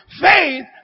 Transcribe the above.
faith